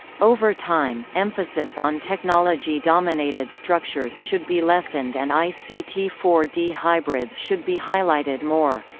over time, emphasis on technology-dominated structures should be lessened and i c t four d hybrids should be highlighted more.